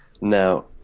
Now